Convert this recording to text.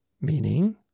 Meaning